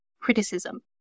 criticism